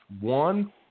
One